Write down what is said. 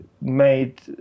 made